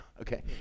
Okay